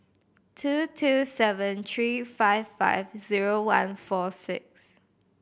two two seven three five five zero one four six